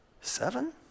Seven